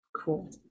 Cool